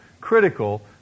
critical